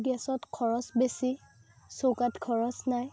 গেছত খৰচ বেছি চৌকাত খৰচ নাই